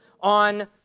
on